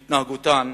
בהתנהגותן,